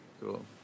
Cool